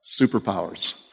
Superpowers